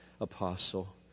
apostle